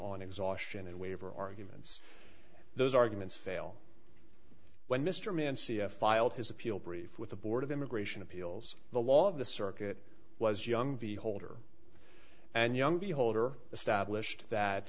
on exhaustion and waiver arguments those arguments fail when mr mann c f filed his appeal brief with the board of immigration appeals the law of the circuit was young v holder and young beholder established that